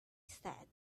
said